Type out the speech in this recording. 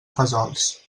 fesols